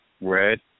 Red